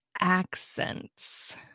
accents